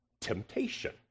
temptation